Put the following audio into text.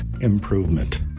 improvement